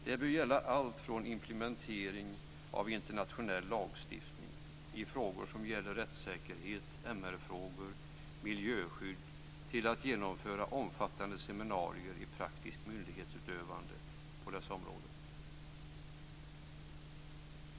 Det bör gälla allt från implementering av internationell lagstiftning i frågor som gäller rättssäkerhet, MR-frågor och miljöskydd till att genomföra omfattande seminarier i praktiskt myndighetsutövande på dessa områden.